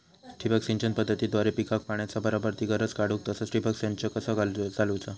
ठिबक सिंचन पद्धतीद्वारे पिकाक पाण्याचा बराबर ती गरज काडूक तसा ठिबक संच कसा चालवुचा?